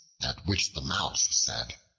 at which the mouse said,